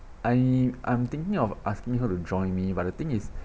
I am I'm thinking of asking her to join me but the thing is